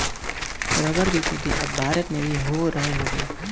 rubber के खेती अब भारत में भी हो रहल हउवे